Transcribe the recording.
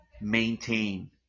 maintain